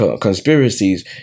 conspiracies